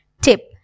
Tip